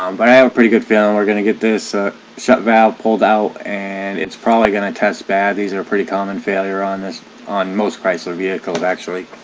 um but i have a pretty good feeling we're gonna get this shut valve pulled out and it's probably gonna test bad these are a pretty common failure on this on most chrysler vehicles actually